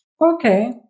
Okay